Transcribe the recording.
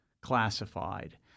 classified